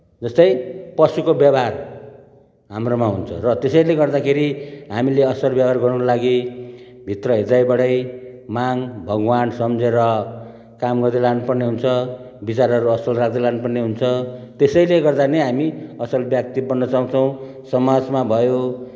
जस्तै पशुको व्यवहार हाम्रोमा हुन्छ र त्यसैले गर्दाखेरि हामीले असल व्यवहार गर्नुको लागि भित्र हृदयबाटै माग भगवान् सम्झेर काम गर्दै लानुपर्ने हुन्छ विचारहरू असल राख्दै लानुपर्ने हुन्छ त्यसैले गर्दा नै हामी असल व्यक्ति बन्न सक्छौँ समाजमा भयो